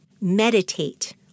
meditate